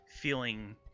feeling